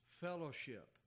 fellowship